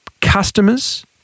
customers